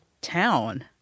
town